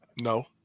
No